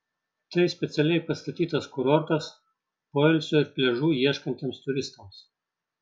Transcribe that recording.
tai specialiai pastatytas kurortas poilsio ir pliažų ieškantiems turistams